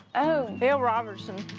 oh, phil robertson,